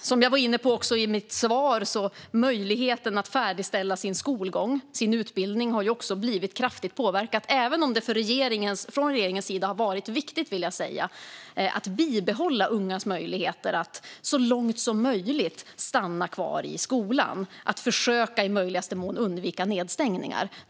Som jag var inne på i mitt svar har också möjligheten att färdigställa sin skolgång och sin utbildning blivit kraftigt påverkad, även om jag vill säga att det från regeringens sida har varit viktigt att bibehålla ungas möjligheter att så långt som möjligt stanna kvar i skolan och att i möjligaste mån försöka undvika nedstängningar.